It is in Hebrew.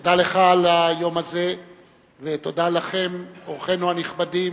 תודה לך על היום הזה ותודה לכם, אורחינו הנכבדים,